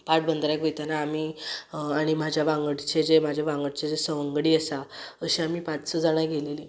पाट बंदाऱ्याक वयताना आमी आनी म्हाज्या वांगडचे जे म्हाजे वांगडचे जे सवंगडी आसा अशे आमी पांच स जाणा गेलेलीं